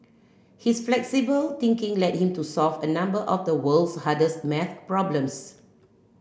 his flexible thinking led him to solve a number of the world's hardest math problems